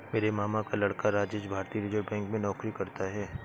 मेरे मामा का लड़का राजेश भारतीय रिजर्व बैंक में नौकरी करता है